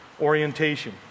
orientation